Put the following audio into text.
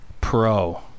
Pro